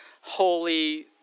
holy